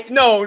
no